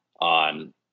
on